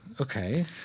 Okay